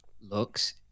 looks